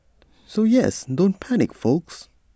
so yes don't panic folks